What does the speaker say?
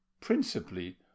principally